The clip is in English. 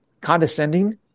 condescending